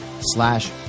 slash